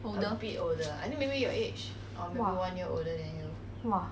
older !wah! !wah!